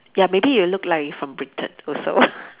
ya maybe you look like you from Britain also